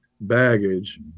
baggage